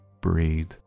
breathe